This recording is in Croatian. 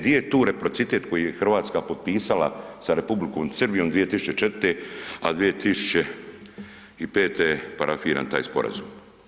Di je tu reciprocitet koji je Hrvatska potpisala sa Republikom Srbijom 2004., a 2005.je parafiran taj sporazum?